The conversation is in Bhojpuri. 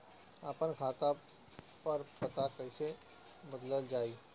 आपन खाता पर पता कईसे बदलल जाई?